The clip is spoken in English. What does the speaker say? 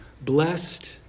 blessed